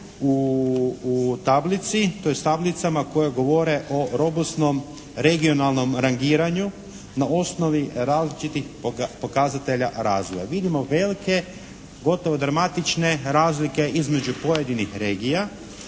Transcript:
tablicama koje govore o robusnom regionalnom rangiranju na osnovi različitih pokazatelja razvoja. Vidimo velike gotovo dramatične razlike između pojedinih regija,